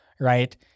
right